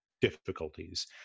difficulties